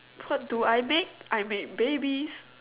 what do I make I make babies